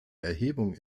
erhebung